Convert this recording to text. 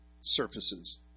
surfaces